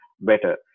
better